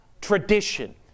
tradition